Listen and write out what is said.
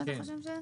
כן.